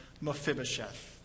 Mephibosheth